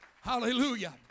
Hallelujah